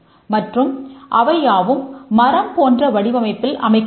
மற்றும் அவையாவும் மரம் போன்ற வடிவமைப்பில் அமைக்கக்ப்பட்டிருக்கும்